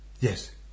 Yes